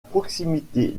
proximité